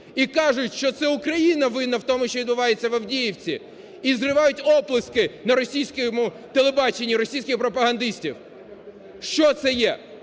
і кажуть, що це Україна винна в тому, що відбувається в Авдіївці, і зривають оплески на російському телебаченні у російських пропагандистів. Що це є?